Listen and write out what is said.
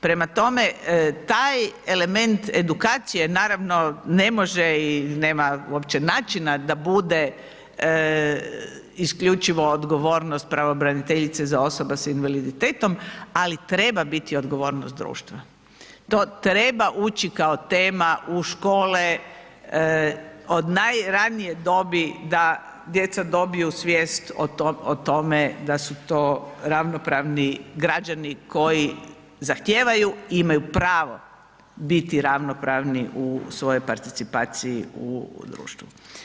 Prema tome, taj element edukacije naravno, ne može i nema uopće načina da bude isključivo odgovornost pravobraniteljice za osobe s invaliditetom, ali treba biti odgovornost društva, to treba ući kao tema u škole od najranije dobi da djeca dobiju svijest o tome da su to ravnopravni građani koji zahtijevaju i imaju pravo biti ravnopravni u svojoj participaciji u društvu.